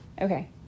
Okay